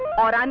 or um